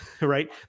right